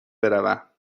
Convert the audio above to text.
بروم